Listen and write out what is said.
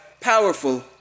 powerful